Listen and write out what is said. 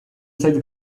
zait